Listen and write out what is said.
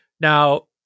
Now